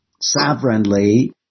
sovereignly